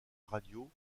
radio